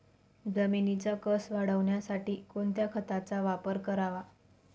जमिनीचा कसं वाढवण्यासाठी कोणत्या खताचा वापर करावा?